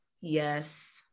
Yes